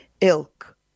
ilk